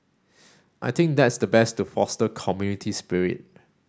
I think that's the best to foster community spirit